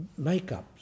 makeups